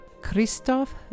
Christoph